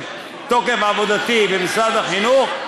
מתוקף עבודתי במשרד החינוך,